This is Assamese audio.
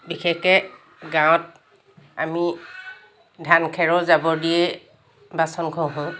বিশেষকৈ গাঁৱত আমি ধান খেৰৰ জাবৰ দিয়ে বাচন ঘহোঁ